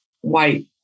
white